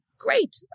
great